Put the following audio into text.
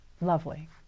Lovely